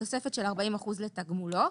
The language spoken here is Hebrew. תוספת של 40% לתגמולו,